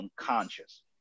unconscious